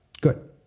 Good